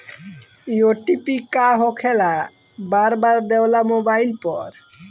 इ ओ.टी.पी का होकेला बार बार देवेला मोबाइल पर?